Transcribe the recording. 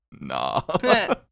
Nah